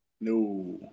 No